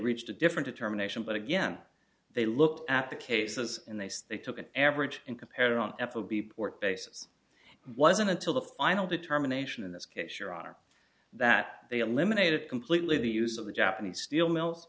reached a different a terminations but again they looked at the cases and they said they took an average and compared it on f o b port bases it wasn't until the final determination in this case your honor that they eliminated completely the use of the japanese steel mills